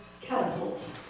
catapult